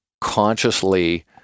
consciously